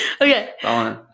Okay